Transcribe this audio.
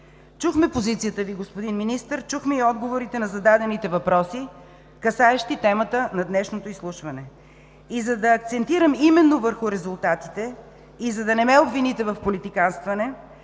Чухме позицията Ви, господин Министър, чухме и отговорите на зададените въпроси, касаещи темата на днешното изслушване. И за да акцентирам именно върху резултатите, и за да не ме обвините в политиканстване,